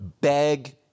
beg